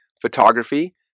photography